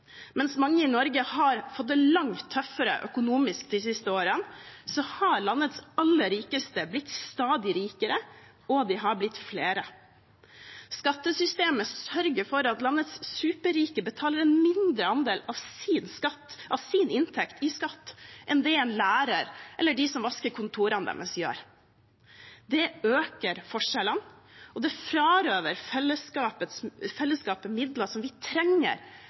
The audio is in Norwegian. Mens mange i Norge har fått det langt tøffere økonomisk de siste årene, har landets aller rikeste blitt stadig rikere, og de har blitt flere. Skattesystemet sørger for at landets superrike betaler en mindre andel av sin inntekt i skatt enn det en lærer, eller de som vasker kontorene deres, gjør. Det øker forskjellene, og det frarøver fellesskapet midler som vi trenger